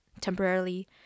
temporarily